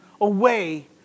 away